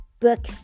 book